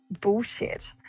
bullshit